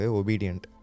obedient